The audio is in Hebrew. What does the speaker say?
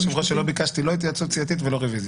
הצעת החוק